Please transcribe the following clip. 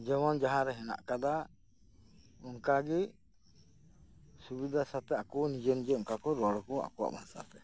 ᱡᱮᱢᱚᱱ ᱡᱟᱦᱟᱸ ᱨᱮ ᱦᱮᱱᱟᱜ ᱟᱠᱟᱫᱟ ᱚᱱᱠᱟ ᱜᱮ ᱥᱩᱵᱤᱫᱷᱟ ᱥᱟᱨᱛᱷᱮ ᱟᱠᱚ ᱱᱤᱡᱮ ᱱᱤᱡᱮ ᱜᱮ ᱚᱱᱠᱟ ᱠᱚ ᱨᱚᱲᱟ ᱠᱚ ᱟᱠᱚᱣᱟᱜ ᱵᱷᱟᱥᱟ ᱛᱮ